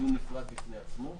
דיון נפרד בפני עצמו.